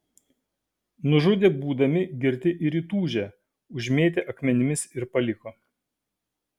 nužudė būdami girti ir įtūžę užmėtė akmenimis ir paliko